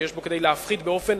שיש בו כדי להפחית באופן